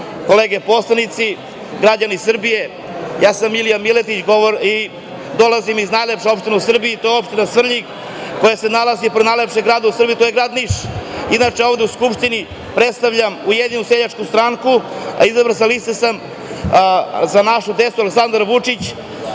kolege poslanici, građani Srbije, ja sam Milija Miletić, dolazim iz najlepše opštine u Srbiji, to je opština Svrljig koja se nalazi pored najlepšeg grada u Srbiji, to je grad Niš. Inače, ovde u Skupštini predstavljam Ujedinjenu seljačku stranku, izabran sam sa liste Za našu decu – Aleksandar Vučić.